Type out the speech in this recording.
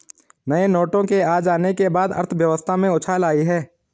नए नोटों के आ जाने के बाद अर्थव्यवस्था में उछाल आयी है